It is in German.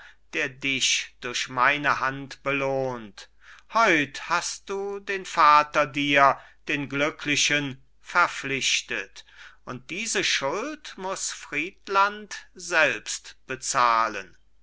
der dich durch meine hand belohnt heut hast du den vater dir den glücklichen verpflichtet und diese schuld muß friedland selbst bezahlen